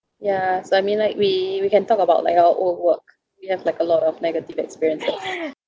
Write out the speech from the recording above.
ya so I mean like we we can talk about like our old work you have like a lot of negative experiences